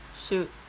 Shoot